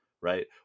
right